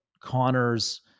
Connor's